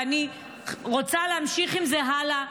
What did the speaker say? ואני רוצה להמשיך עם זה הלאה,